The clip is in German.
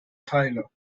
teile